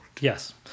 Yes